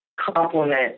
complement